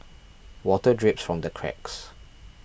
water drips from the cracks